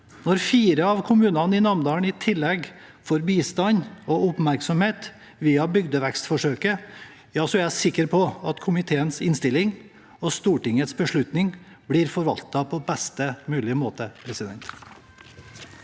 Når fire av kommunene i Namdalen i tillegg får bistand og oppmerksomhet via bygdevekstforsøket, er jeg sikker på at komiteens innstilling og Stortingets beslutning blir forvaltet på best mulig måte. Presidenten